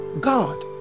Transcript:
God